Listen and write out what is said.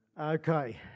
Okay